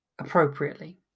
Appropriately